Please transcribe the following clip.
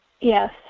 Yes